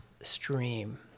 stream